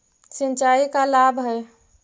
सिंचाई का लाभ है?